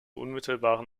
unmittelbaren